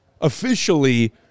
officially